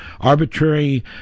arbitrary